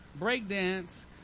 breakdance